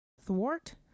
thwart